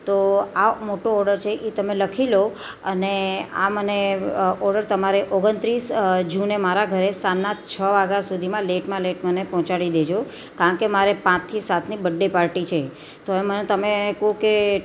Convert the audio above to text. તો આ મોટો ઓર્ડર છે એ તમે લખી લો અને આ મને ઓર્ડર તમારે ઓગણત્રીસ જૂને મારા ઘરે સાંજના છ વાગ્યા સુધીમાં મને લેટમાં લેટ મને પહોંચાડી દેજો કારણ કે મારે પાંચથી સાતની બર્ડે પાર્ટી છે તોએ મને તમે કહો કે